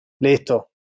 listo